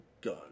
gun